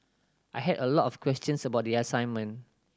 I had a lot of questions about the assignment